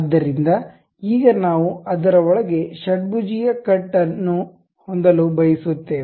ಆದ್ದರಿಂದ ಈಗ ನಾವು ಅದರ ಒಳಗೆ ಷಡ್ಭುಜೀಯ ಕಟ್ ಹೊಂದಲು ಬಯಸುತ್ತೇವೆ